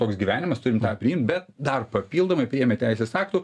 toks gyvenimas turim tą priimt bet dar papildomai priėmė teisės aktų